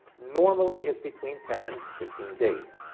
normally it's between ten and fifteen days.